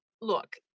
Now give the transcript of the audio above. look